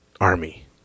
army